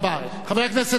חבר הכנסת דבאח,